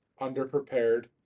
underprepared